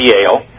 Yale